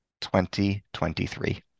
2023